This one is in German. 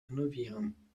renovieren